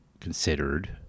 considered